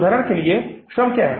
उदाहरण के लिए अब श्रम क्या है